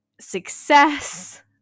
success